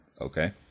okay